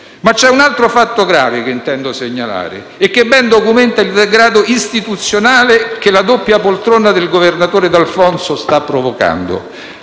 Ma c'è un altro fatto grave che intendo segnalare e che ben documenta il degrado istituzionale che la doppia poltrona del governatore D'Alfonso sta provocando: